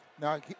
Now